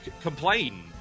complain